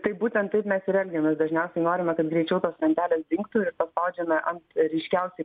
tai būtent taip mes ir elgiamės dažniausiai norime kad greičiau tos lentelės dingtų ir paspaudžiame ant ryškiausiai